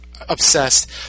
obsessed